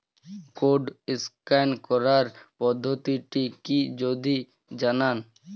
Code scan করার পদ্ধতিটি কি যদি জানান?